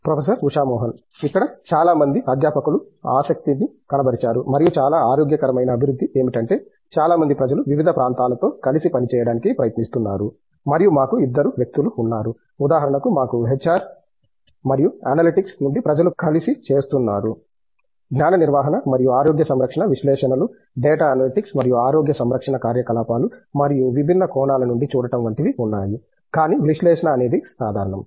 professor Usha Mohan ఇక్కడ చాలా మంది అధ్యాపకులు ఆసక్తిని కనబరిచారు మరియు చాలా ఆరోగ్యకరమైన అభివృద్ధి ఏమిటంటే చాలా మంది ప్రజలు వివిధ ప్రాంతాలతో కలిసి పని చేయడానికి ప్రయత్నిస్తున్నారు మరియు మాకు ఇద్దరు వ్యక్తులు ఉన్నారు ఉదాహరణకు మాకు హెచ్ ఆర్ మరియు అనలిటిక్స్ నుండి ప్రజలు కలిసి చేస్తున్నారు జ్ఞాన నిర్వహణ మరియు ఆరోగ్య సంరక్షణ విశ్లేషణలు డేటా అనలిటిక్స్ మరియు ఆరోగ్య సంరక్షణ కార్యకలాపాలు మరియు విభిన్న కోణాల నుండి చూడటం వంటివి ఉన్నాయి కానీ విశ్లేషణ అనేది సాధారణం